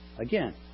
Again